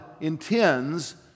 intends